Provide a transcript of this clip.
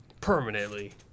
Permanently